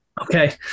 Okay